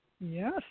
Yes